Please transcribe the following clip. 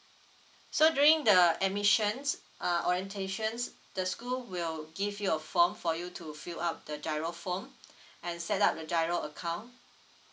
so during the admissions uh orientations the school will give you a form for you to fill up the giro form and set up the giro account